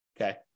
Okay